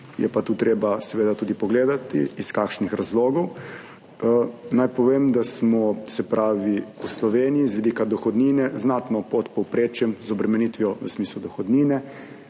je pa tu treba seveda tudi pogledati, iz kakšnih razlogov. Naj povem, da smo v Sloveniji z vidika dohodnine znatno pod povprečjem z obremenitvijo v smislu dohodnine